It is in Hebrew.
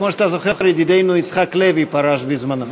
כמו שאתה זוכר, ידידנו יצחק לוי פרש בזמנו.